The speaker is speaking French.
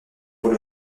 pour